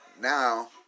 Now